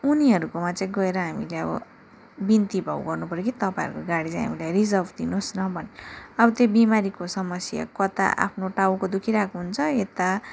उनीहरूकोमा चाहिँ गएर हामीले अब बिन्तीभाव गर्नु पऱ्यो कि तपाईँहरूको गाडी चाहिँ हामीलाई रिजर्भ दिनुहोस् न भनेर अब त्यो बिमारीको समस्या कता आफ्नो टाउको दुखिरहेको हुन्छ यता